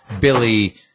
Billy